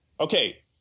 Okay